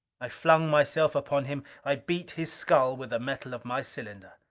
i flung myself upon him. i beat his skull with the metal of my cylinder.